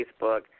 Facebook